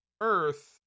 Earth